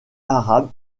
arabe